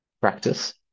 practice